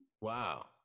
Wow